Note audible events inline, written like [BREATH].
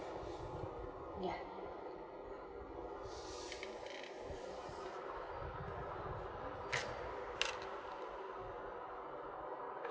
yeah [BREATH]